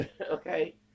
Okay